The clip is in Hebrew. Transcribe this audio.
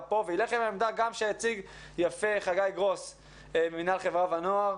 וילך עם העמדה שהציג יפה חגי גרוס ממינהל חברה ונוער